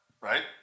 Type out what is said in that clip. Right